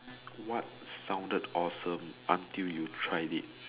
what sounded awesome until you tried it